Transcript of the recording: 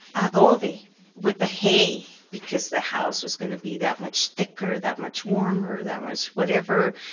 adobe with the hay because the house was going to be that much thicker, that much warmer, that much whatever,